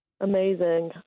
Amazing